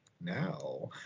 now